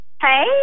Hey